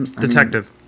Detective